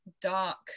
dark